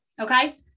Okay